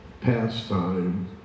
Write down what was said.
pastime